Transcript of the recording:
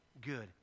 good